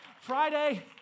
Friday